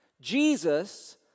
Jesus